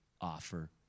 offer